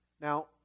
Now